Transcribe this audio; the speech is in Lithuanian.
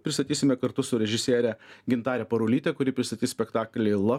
pristatysime kartu su režisiere gintare parulyte kuri pristatys spektaklį la